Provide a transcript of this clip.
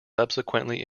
subsequently